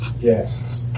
Yes